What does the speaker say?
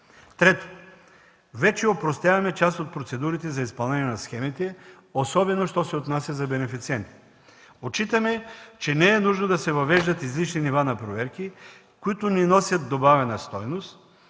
Трето, вече опростяваме част от процедурите за изпълнение на схемите, особено що се отнася за бенефициентите. Отчитаме, че не е нужно да се въвеждат излишни нива на проверки, които не носят добавена стойност